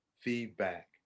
feedback